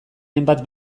hainbat